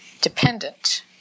dependent